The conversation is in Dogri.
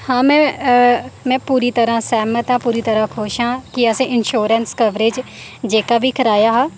हां में में पूरी तरह सैह्मत आं पूरी तरह खुश आं कि असें इंशौरेंस कवरेज जेह्का बी कराया हा